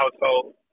household